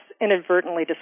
inadvertently